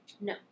No